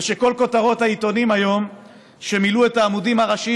ושכל כותרות העיתונים שמילאו היום את העמודים הראשיים